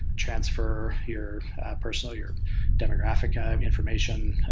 transfer your personal, your demographic ah information,